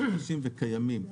חדשים וקיימים.